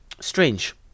strange